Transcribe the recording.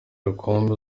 rukumbi